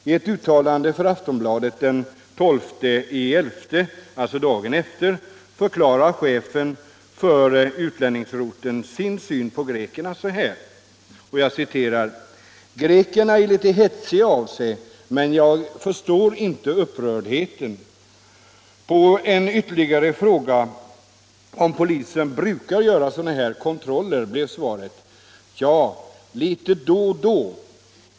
I ett uttalande för Aftonbladet den 12 november — alltså dagen efter — förklarar chefen för utlänningsroteln sin syn på grekerna så här: ”Greker är litet hetsiga av sig, men jag förstår inte upprördheten.” På en ytterligare fråga, om polisen brukar göra sådana kontroller, blev svaret: ”Tja, litet då och då.